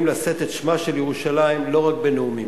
לשאת את שמה של ירושלים לא רק בנאומים,